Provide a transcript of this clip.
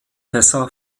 tessa